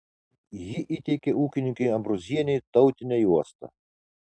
ji įteikė ūkininkei ambrozienei tautinę juostą